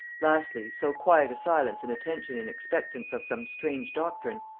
lastly, so quiet a silence and attention in expectance of some strange doctrine,